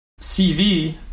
cv